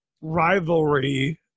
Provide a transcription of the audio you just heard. rivalry